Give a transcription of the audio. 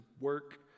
work